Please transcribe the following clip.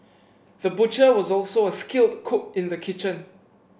the butcher was also a skilled cook in the kitchen